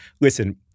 Listen